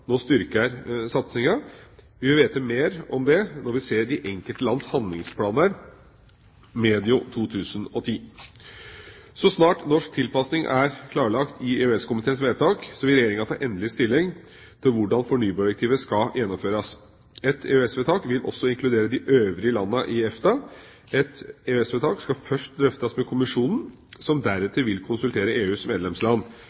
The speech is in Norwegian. nå styrker satsinga. Vi vil vite mer om det når vi ser de enkelte lands handlingsplaner medio 2010. Så snart norsk tilpassing er klarlagt i EØS-komiteens vedtak, vil Regjeringa ta endelig stilling til hvordan fornybardirektivet skal gjennomføres. Et EØS-vedtak vil også inkludere de øvrige landene i EFTA. Et EØS-vedtak skal først drøftes med kommisjonen, som